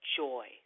joy